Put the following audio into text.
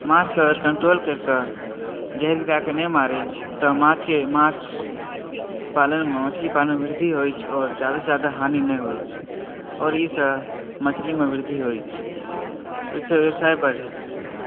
माछ के अगर कंट्रोल करि के जहर गिराके नहि मारैत अछि तऽ माछके माछ पालन मे मछली पालन मे वृद्धि होइत अछि आओर जादा हानि नहि होइत अछि आओर एहिसॅं मछली मे वृद्धि होइत अछि ओहिसॅं व्यवसाय बढ़त